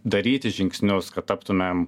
daryti žingsnius kad taptumėm